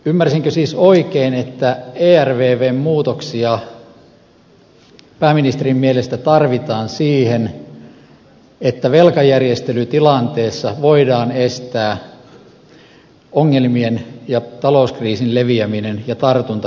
ymmärsinkö siis oikein että ervvn muutoksia pääministerin mielestä tarvitaan siihen että velkajärjestelytilanteessa voidaan estää ongelmien ja talouskriisin leviäminen ja tartunta muihin maihin